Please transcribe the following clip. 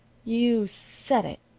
you said it.